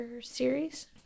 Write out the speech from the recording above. series